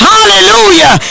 Hallelujah